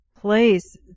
place